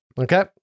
Okay